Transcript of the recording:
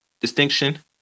distinction